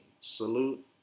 Salute